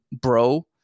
bro